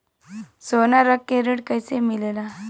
सोना रख के ऋण कैसे मिलेला?